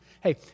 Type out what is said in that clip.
Hey